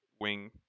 wing